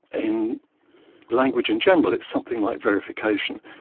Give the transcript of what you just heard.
in language in general, it's something like verification.